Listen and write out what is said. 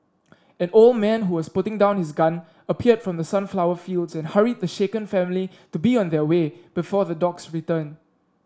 an old man who was putting down his gun appeared from the sunflower fields and hurried the shaken family to be on their way before the dogs return